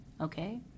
okay